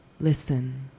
Listen